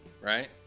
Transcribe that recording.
right